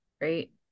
right